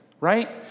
right